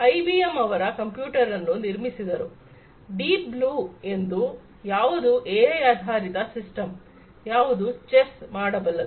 IBM ಅವರ ಕಂಪ್ಯೂಟರನ್ನು ನಿರ್ಮಿಸಿದರು ಡೀಪ್ ಬ್ಲೂ ಎಂದು ಯಾವುದು ಎಐ ಆಧಾರಿತ ಸಿಸ್ಟಮ್ ಯಾವುದು ಚೆಸ್ ಮಾಡಬಲ್ಲದು